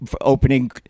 opening